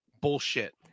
bullshit